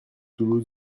toulouse